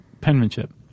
penmanship